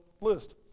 list